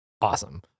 Awesome